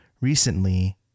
recently